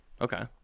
okay